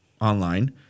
online